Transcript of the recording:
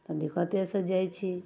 तऽ दिक्कतेसँ जाइ छी